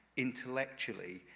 intellectually,